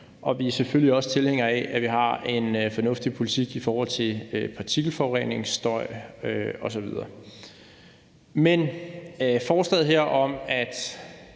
og vi er selvfølgelig også tilhængere af, at vi har en fornuftig politik i forhold til partikelforurening, støj osv. Men forslaget her om, at